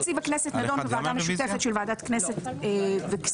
תקציב הכנסת נדון בוועדה משותפת של ועדת כנסת וכספים